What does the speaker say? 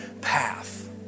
path